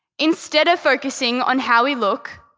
instead of focusing on how we look,